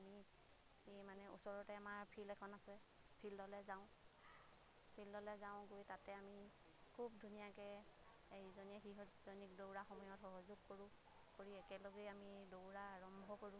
আমি মানে ওচৰতে আমাৰ ফিল্ড এখন আছে ফিল্ডলৈ যাওঁ ফিল্ডলৈ যাওঁগৈ তাতে আমি খুব ধুনীয়াকৈ ইজনীয়ে সিজনীক দৌৰাৰ সময়ত সহযোগ কৰোঁ কৰি একেলগে আমি দৌৰা আৰম্ভ কৰোঁ